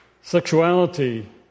Sexuality